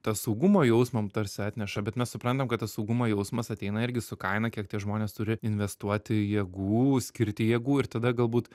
tą saugumo jausmą mum tarsi atneša bet mes suprantam kad tas saugumo jausmas ateina irgi su kaina kiek tie žmonės turi investuoti jėgų skirti jėgų ir tada galbūt